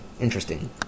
interesting